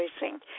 Racing